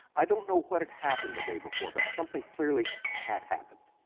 i don't know what had happened the day before, but something clearly had happened,